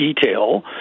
detail